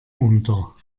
unter